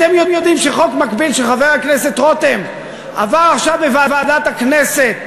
אתם יודעים שחוק מקביל של חבר הכנסת רותם עבר עכשיו בוועדת הכנסת,